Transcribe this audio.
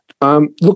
Look